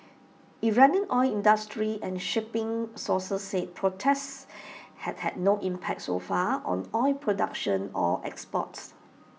Iranian oil industry and shipping sources said protests had had no impact so far on oil production or exports